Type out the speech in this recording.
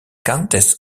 countess